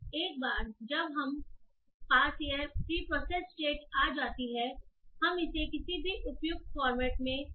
एक बार जब हमारे पास यह प्रीप्रोसैस्ड स्टेट आ जाती है हम इसे किसी भी उपयुक्त फॉर्मेट में सेव करते हैं